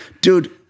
dude